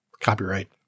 copyright